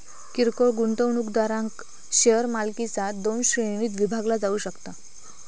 किरकोळ गुंतवणूकदारांक शेअर मालकीचा दोन श्रेणींत विभागला जाऊ शकता